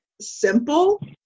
simple